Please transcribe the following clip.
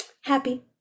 happy